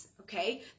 okay